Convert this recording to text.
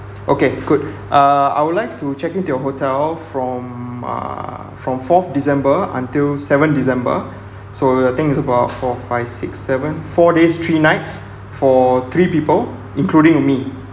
okay good uh I would like to check-in to your hotel from uh from fourth december until seventh december so the thing is about four five six seven four days three nights for three people including me